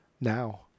now